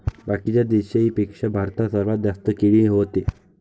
बाकीच्या देशाइंपेक्षा भारतात सर्वात जास्त केळी व्हते